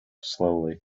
slowly